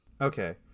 Okay